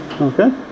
Okay